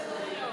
בסדר-היום,